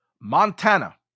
montana